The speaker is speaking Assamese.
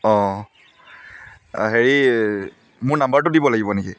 অঁ হেৰি মোৰ নাম্বাৰটো দিব লাগিব নেকি